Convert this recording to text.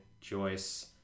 Joyce